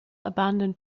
abandoned